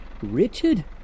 Richard